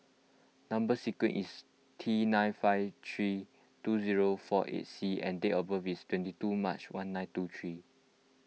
Number Sequence is T nine five three two zero four eight C and date of birth is twenty two March one nine two three